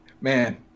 Man